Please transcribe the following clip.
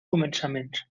començaments